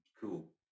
cool